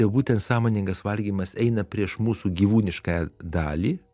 būtent sąmoningas valgymas eina prieš mūsų gyvūniškąją dalį